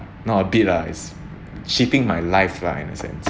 not a bit lah it's cheating my life lah in a sense